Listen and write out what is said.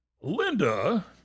Linda